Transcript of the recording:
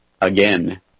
again